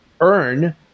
earn